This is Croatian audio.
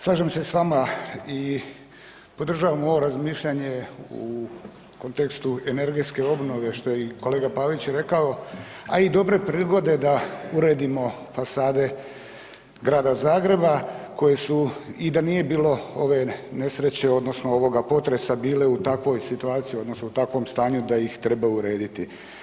Slažem se s vama i podržavam ovo razmišljanje u kontekstu energetske obnove što je kolega Pavić rekao, a i dobre prigode da uredimo fasade Grada Zagreba koje su i da nije bilo ove nesreće odnosno ovoga potresa bile u takvoj situaciji odnosno u takvom stanju da ih treba urediti.